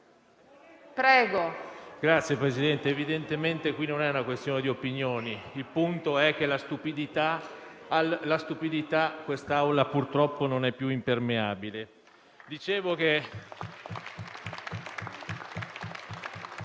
signor Presidente. Evidentemente non è questione di opinioni: il punto è che alla stupidità quest'Aula purtroppo non è più impermeabile.